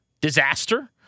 disaster